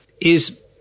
is-